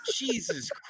Jesus